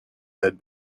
had